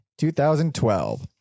2012